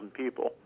people